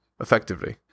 effectively